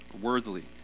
Worthily